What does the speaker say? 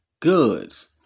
Goods